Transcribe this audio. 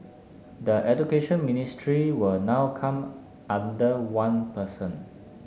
the Education Ministry will now come under one person